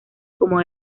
como